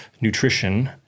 nutrition